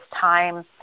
time